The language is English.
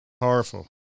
Powerful